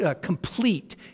complete